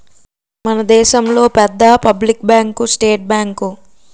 మన దేశంలో పెద్ద పబ్లిక్ బ్యాంకు స్టేట్ బ్యాంకు